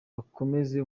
bakomeza